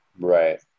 Right